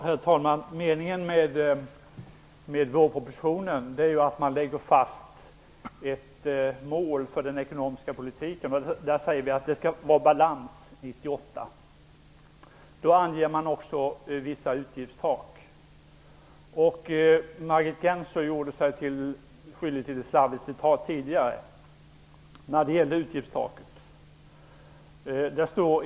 Herr talman! Meningen med vårpropositionen är att man lägger fast ett mål för den ekonomiska politiken. Där säger vi att det skall vara balans 1998. Då anger man också vissa utgiftstak. Margit Gennser gjorde sig skyldig till ett slarvigt citat tidigare när det gällde utgiftstaket.